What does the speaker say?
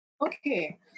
Okay